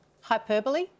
Hyperbole